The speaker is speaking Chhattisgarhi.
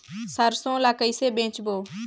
सरसो ला कइसे बेचबो?